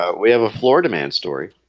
ah we have a florida man story